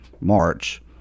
March—